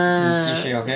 你继续 okay